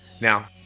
Now